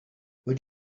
would